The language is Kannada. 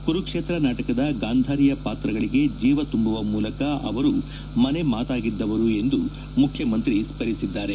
ಕುರುಕ್ಷೇತ್ರ ನಾಟಕದ ಗಾಂಧಾರಿಯ ಪಾತ್ರಗಳಿಗೆ ಜೀವ ತುಂಬುವ ಮೂಲಕ ಅವರು ಮನೆ ಮಾತಾಗಿದ್ದವರು ಎಂದು ಮುಖ್ಯಮಂತ್ರಿಯವರು ಸ್ಥರಿಸಿದ್ದಾರೆ